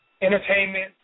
entertainment